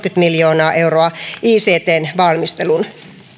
miljoonaa euroa ictn valmisteluun